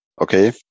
Okay